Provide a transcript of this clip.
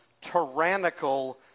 tyrannical